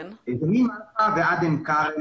ממלחה ועד עין כרם,